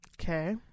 Okay